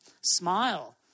Smile